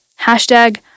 Hashtag